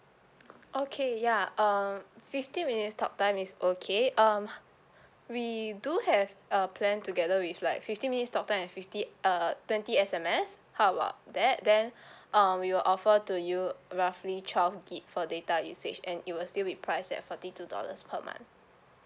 okay ya um fifteen minutes talk time is okay um we do have a plan together with like fifteen minutes talk time and fifty uh twenty S_M_S how about that then um we'll offer to you roughly twelve gig for data usage and it will still be priced at forty two dollars per month